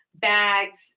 bags